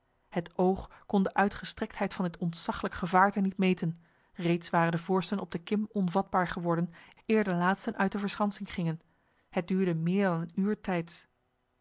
het oog kon de uitgestrektheid van dit ontzaglijk gevaarte niet meten reeds waren de voorsten op de kim onvatbaar geworden eer de laatsten uit de verschansing gingen het duurde meer dan een uur tijds